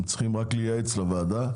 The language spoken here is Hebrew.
הם צריכים רק לייעץ לוועדה.